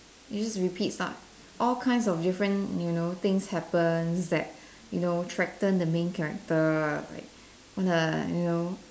it just repeats lah all kinds of different you know things happens that you know threaten the main character like want to you know